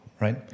right